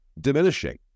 diminishing